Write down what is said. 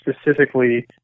specifically